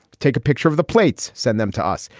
take a picture of the plates. send them to us.